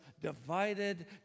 divided